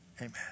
amen